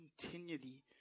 continually